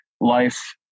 life